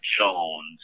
Jones